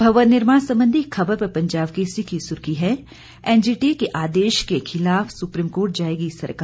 भवन निर्माण संबंधी खबर पर पंजाब केसरी की सुर्खी है एनजीटी के आदेश के खिलाफ सुप्रीम कोर्ट जाएगी सरकार